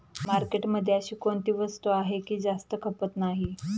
मार्केटमध्ये अशी कोणती वस्तू आहे की जास्त खपत नाही?